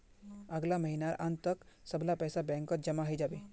अगला महीनार अंत तक सब पैसा बैंकत जमा हइ जा बे